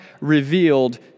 revealed